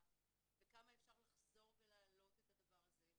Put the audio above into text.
וכמה אפשר לחזור ולהעלות את הדבר הזה,